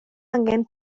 angen